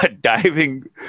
diving